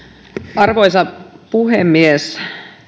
arvoisa puhemies